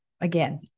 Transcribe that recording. again